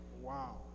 Wow